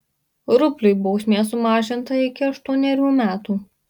rupliui bausmė sumažinta iki aštuonerių metų